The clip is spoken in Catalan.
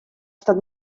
estat